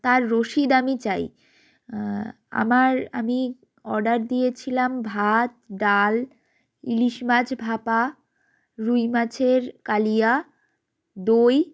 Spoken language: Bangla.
তার রসিদ আমি চাই আমার আমি অর্ডার দিয়েছিলাম ভাত ডাল ইলিশ মাছ ভাপা রুই মাছের কালিয়া দই